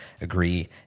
agree